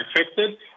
affected